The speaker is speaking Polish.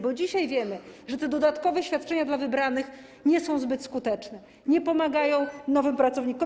Bo dzisiaj wiemy, że te dodatkowe świadczenia dla wybranych nie są zbyt skuteczne, nie pomagają nowym pracownikom.